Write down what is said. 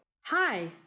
Hi